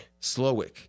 Slowick